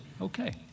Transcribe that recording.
Okay